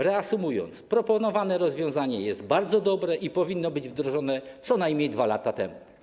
Reasumując, proponowane rozwiązanie jest bardzo dobre i powinno być wdrożone co najmniej 2 lata temu.